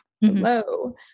Hello